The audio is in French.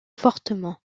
fortement